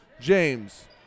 James